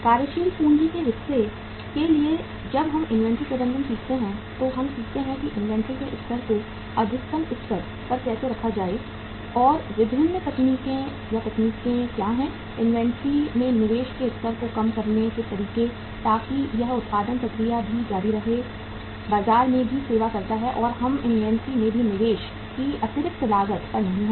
कार्यशील पूंजी के हिस्से के लिए जब हम इन्वेंट्री प्रबंधन सीखते हैं तो हम सीखते हैं कि इन्वेंट्री के स्तर को अधिकतम स्तर पर कैसे रखा जाए और विभिन्न तकनीकों क्या हैं इन्वेंट्री में निवेश के स्तर को कम करने के तरीके ताकि यह उत्पादन प्रक्रिया भी जारी रखे बाजार में भी सेवा करता है और हम इन्वेंट्री में भी निवेश की अतिरिक्त लागत पर नहीं हैं